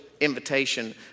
invitation